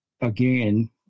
again